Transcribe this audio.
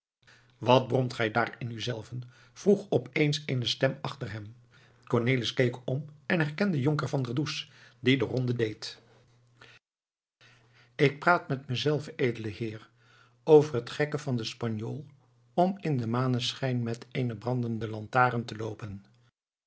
wat bromt gij daar in u zelven vroeg op eens eene stem achter hem cornelis keek om en herkende jonker van der does die de ronde deed ik praat met me zelven edele heer over het gekke van den spanjool om in den maneschijn met eene brandende lantaarn te loopen